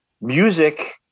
music